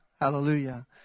hallelujah